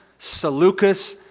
selucus,